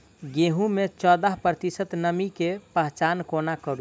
गेंहूँ मे चौदह प्रतिशत नमी केँ पहचान कोना करू?